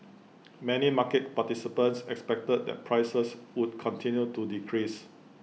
many market participants expected that prices would continue to decrease